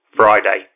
Friday